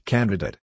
Candidate